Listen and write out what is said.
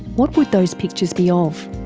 what would those pictures be of?